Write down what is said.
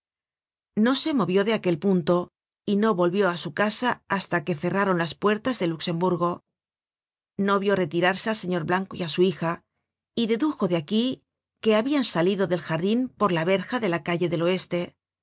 no se movió de aquel punto y no volvió á su casa hasta que cerraron las puertas de luxemburgo no vió retirarse al señor blanco y á su hija y dedujo de aquí que habian salido del jardin por la verja de la calle del oeste